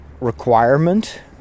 requirement